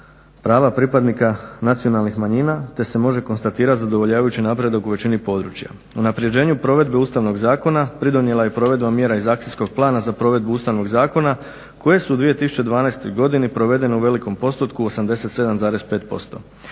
prava pripadnika nacionalnih manjina te se može konstatirati zadovoljavajući napredak u većini područja. Unapređenju provedbe Ustavnog zakona pridonijela je provedba mjera iz Akcijskog plana za provedbu Ustavnog zakona koje su u 2012. godini provedene u velikom postotku, 87,5%.